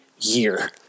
year